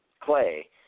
Clay